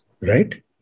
right